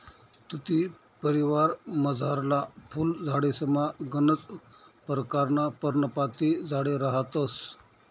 तुती परिवारमझारला फुल झाडेसमा गनच परकारना पर्णपाती झाडे रहातंस